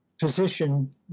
position